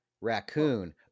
raccoon